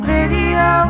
Video